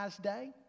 day